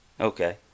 okay